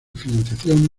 financiación